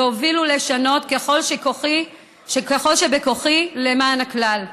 להוביל ולשנות כל שבכוחי למען הכלל.